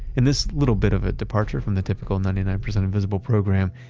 in this little bit of a departure from the typical ninety nine percent invisible program,